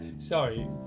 Sorry